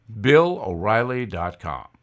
BillOReilly.com